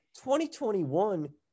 2021